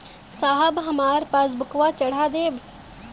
साहब हमार पासबुकवा चढ़ा देब?